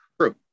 True